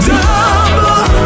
Double